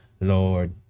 Lord